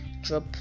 drop